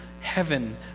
heaven